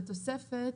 בתוספת,